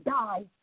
die